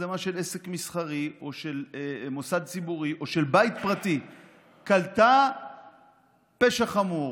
שמצלמה של עסק מסחרי או של מוסד ציבורי או של בית פרטי קלטו פשע חמור